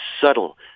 subtle